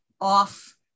off